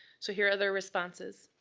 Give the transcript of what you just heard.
so here are their responses.